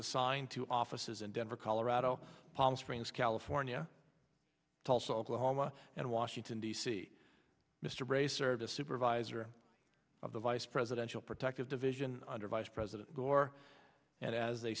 assigned to offices in denver colorado palm springs california tulsa oklahoma and washington d c mr ray service supervisor of the vice presidential protective division under vice president gore and as a